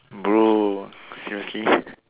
bro seriously